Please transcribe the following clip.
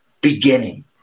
beginning